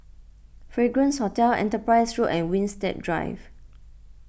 Fragrance Hotel Enterprise Road and Winstedt Drive